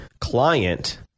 client